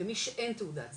למי שאין תעודת זהות,